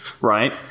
Right